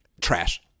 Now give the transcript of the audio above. Trash